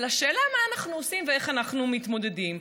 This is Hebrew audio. השאלה היא מה אנחנו עושים ואיך אנחנו מתמודדים.